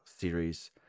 series